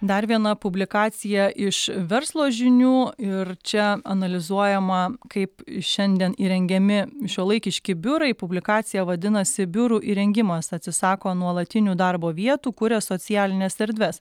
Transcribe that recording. dar viena publikacija iš verslo žinių ir čia analizuojama kaip šiandien įrengiami šiuolaikiški biurai publikacija vadinasi biurų įrengimas atsisako nuolatinių darbo vietų kuria socialines erdves